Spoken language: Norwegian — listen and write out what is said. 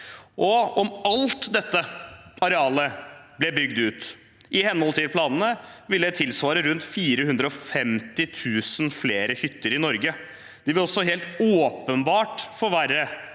Om alt dette arealet ble bygd ut i henhold til planene, ville det tilsvare rundt 450 000 flere hytter i Norge. Det ville også helt åpenbart